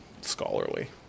scholarly